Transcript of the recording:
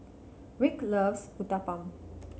Rick loves Uthapam